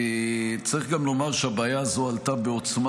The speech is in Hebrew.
צריך גם לומר שהבעיה הזו עלתה בעוצמה